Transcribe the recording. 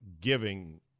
giving